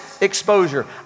exposure